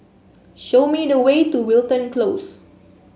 show me the way to Wilton Close